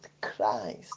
Christ